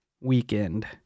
weekend